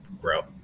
grow